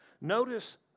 Notice